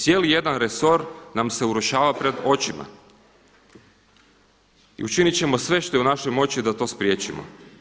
Cijeli jedan resor nam se urušava pred očima i učinit ćemo sve što je u našoj moći da to spriječimo.